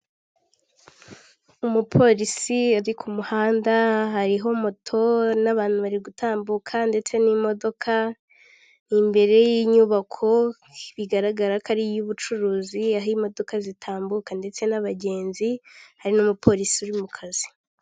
Umupolisi yari ku muhanda hariho moto n'abantu bari gutambuka ndetse n'imodoka imbere y'inyubako bigaragara ko ari iy'ubucuruzi aho imodoka zitambuka ndetse n'abagenzi hari n'umupolisi uri mu kazi.